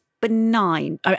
benign